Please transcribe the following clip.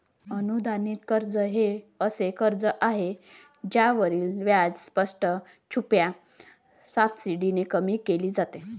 अनुदानित कर्ज हे असे कर्ज आहे ज्यावरील व्याज स्पष्ट, छुप्या सबसिडीने कमी केले जाते